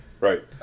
Right